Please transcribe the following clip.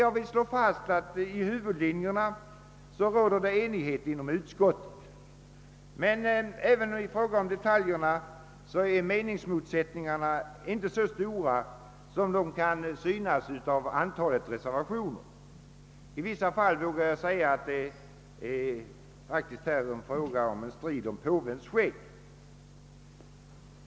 Jag vill emellertid slå fast att det i huvudlinjerna råder enighet inom utskottet. Men inte heller i fråga om detaljerna är meningsmotsättningarna så stora som de kan synas vara att döma av antalet reservationer. I vissa fall vågar jag säga att det faktiskt är fråga om en strid om påvens skägg.